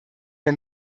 der